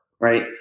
right